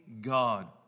God